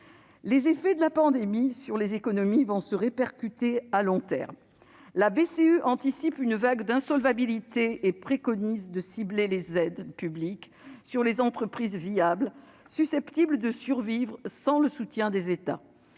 Les effets de la pandémie sur les économies vont se répercuter à long terme. La BCE anticipe une vague d'insolvabilités et préconise de cibler les aides publiques sur les entreprises viables, susceptibles de survivre sans le soutien des États.